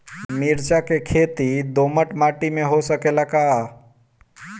मिर्चा के खेती दोमट माटी में हो सकेला का?